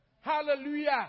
Hallelujah